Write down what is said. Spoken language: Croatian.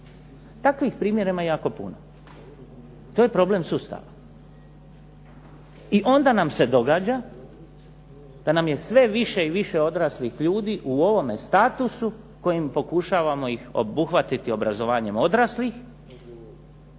Takvih primjera ima jako puno i to je problem sustava. I onda nam se događa da nam je sve više i više odraslih ljudi u ovome statusu kojim pokušavamo ih obuhvatiti obrazovanjem odraslih,